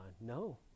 No